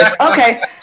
okay